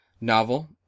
novel